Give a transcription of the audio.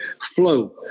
flow